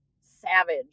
savage